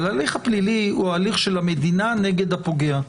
אבל ההליך הפלילי הוא הליך של המדינה נגד הפוגע.